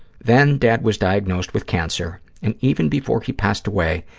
then dad was diagnosed with cancer, and even before he passed away,